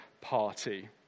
party